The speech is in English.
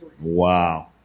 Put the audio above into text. Wow